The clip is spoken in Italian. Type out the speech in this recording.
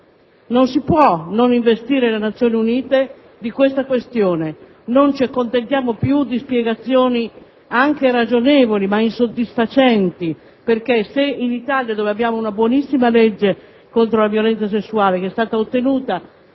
Non si può non investire le Nazioni Unite di una tale questione. Non ci accontentiamo più di spiegazioni, anche ragionevoli ma insoddisfacenti. In Italia abbiamo una buonissima legge contro la violenza sessuale che è stata ottenuta